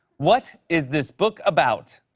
what is this book about?